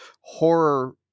horror